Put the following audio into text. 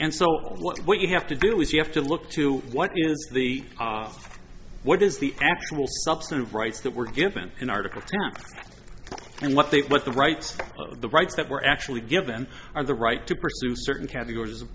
and so what you have to do is you have to look to what is the what is the actual substantive rights that were given in article and what they what the rights the rights that were actually given are the right to pursue certain categories of